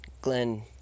Glenn